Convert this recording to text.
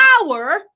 power